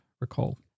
recall